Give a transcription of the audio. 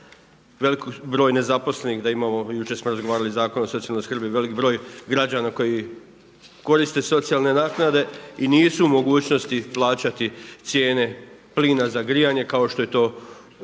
veliki broj nezaposlenih, jučer smo razgovarali o Zakonu o socijalnoj skrbi, velik broj građana koji koriste socijalne naknade i nisu u mogućnosti plaćati cijene plina za grijanje kao što je to